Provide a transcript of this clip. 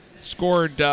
scored –